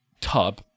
tub